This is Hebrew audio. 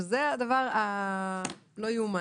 זה לא ייאמן.